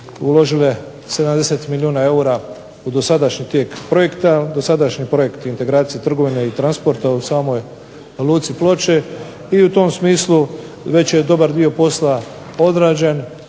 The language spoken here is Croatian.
uložile 70 milijuna eura u dosadašnji tijek projekta, dosadašnji projekt integracije trgovine i transporta u samoj luci Ploče, i u tom smislu već je dobar dio posla odrađen